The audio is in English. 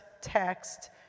text